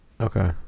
Okay